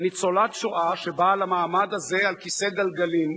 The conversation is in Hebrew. ניצולת שואה, שבאה למעמד הזה על כיסא גלגלים,